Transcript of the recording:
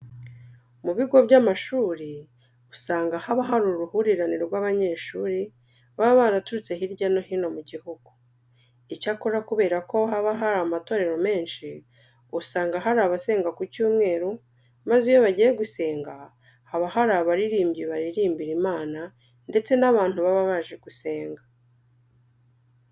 Mu bigo by'amashuri usanga haba hari uruhurirane rw'abanyeshuri baba baraturutse hirya no hino mu gihugu. Icyakora kubera ko haba hari amatorero menshi, usanga hari abasenga ku cyumweru maze iyo bagiye gusenga haba hari abaririmbyi baririmbira Imana ndetse n'abantu baba baje gusenga.